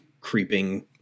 creeping